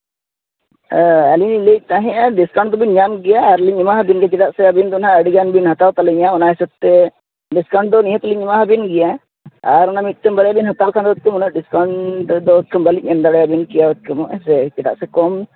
ᱟᱹᱞᱤᱧ ᱞᱤᱧ ᱞᱟᱹᱭᱮᱫ ᱛᱟᱦᱮᱱᱟ ᱰᱤᱥᱠᱟᱣᱩᱱᱴ ᱫᱚᱵᱤᱱ ᱧᱟᱢ ᱜᱮᱭᱟ ᱟᱨ ᱞᱤᱧ ᱮᱢᱟ ᱟᱹᱵᱤᱱ ᱜᱮᱭᱟ ᱪᱮᱫᱟᱜ ᱥᱮ ᱟᱹᱵᱤᱱ ᱫᱚ ᱦᱟᱸᱜ ᱟᱹᱰᱤᱜᱟᱱ ᱵᱤᱱ ᱦᱟᱛᱟᱣᱟ ᱤᱧᱟᱹᱜ ᱚᱱᱟ ᱦᱤᱥᱟᱹᱵᱽ ᱛᱮ ᱰᱤᱥᱠᱟᱣᱩᱱᱴ ᱫᱚ ᱱᱤᱭᱟᱹ ᱛᱮᱞᱤᱧ ᱮᱢᱟ ᱟᱹᱵᱤᱱ ᱜᱮᱭᱟ ᱟᱨ ᱚᱱᱟ ᱢᱤᱫᱴᱟᱱ ᱵᱟᱨᱭᱟ ᱵᱤᱱ ᱦᱟᱛᱟᱣ ᱞᱮᱠᱷᱟᱱ ᱫᱚ ᱩᱱᱟᱹᱜ ᱰᱤᱥᱠᱟᱣᱩᱱᱴ ᱫᱚ ᱵᱟᱹᱞᱤ ᱮᱢ ᱫᱟᱲᱮ ᱟᱹᱵᱤᱱ ᱠᱮᱭᱟ ᱦᱮᱸ ᱥᱮ ᱪᱮᱫᱟᱜ ᱥᱮ ᱠᱚᱢ